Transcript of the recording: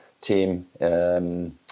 team